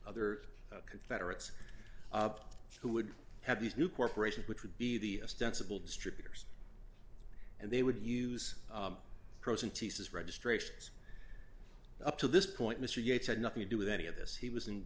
other confederates who would have these new corporations which would be the a sensible distributors and they would use frozen teases registrations up to this point mr yates had nothing to do with any of this he was in